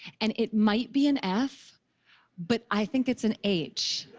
and it might be an f but i think it's an h.